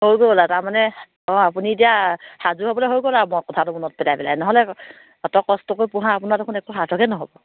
হৈ গ'ল আ তাৰমানে অঁ আপুনি এতিয়া সাজু হ'বলৈ হৈ গ'ল আৰু মই কথাটো মনত পেলাই পেলাই নহ'লে অত কষ্ট কৰি পোহা আপোনাৰ দেখোন একো সাৰ্থকে নহ'ব